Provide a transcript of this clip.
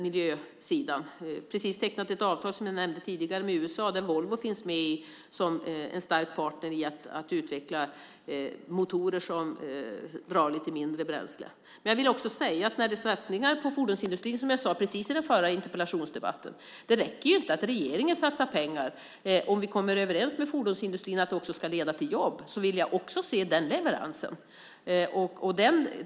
Vi har precis tecknat ett avtal, som jag nämnde tidigare, med USA där Volvo finns med som en stark partner i att utveckla motorer som drar lite mindre bränsle. Men jag vill också säga när det gäller satsningar på fordonsindustrin, precis om jag sade i den förra interpellationsdebatten, att det inte räcker att regeringen satsar pengar. Om vi kommer överens med fordonsindustrin om att det ska leda till jobb vill jag också se den leveransen.